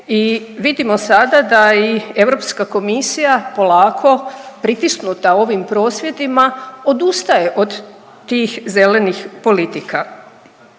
i vidimo sada da i Europska komisija polako pritisnuta ovim prosvjedima odustaje od tih zelenih politika.